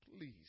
Please